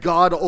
God